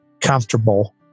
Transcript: comfortable